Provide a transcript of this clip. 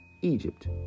Egypt